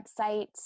website